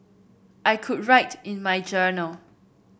I could write in my journal